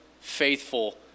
faithful